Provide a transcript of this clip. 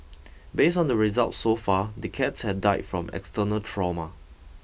based on the result so far the cats had died from external trauma